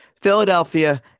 Philadelphia